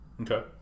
Okay